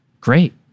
great